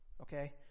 okay